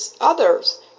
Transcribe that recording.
others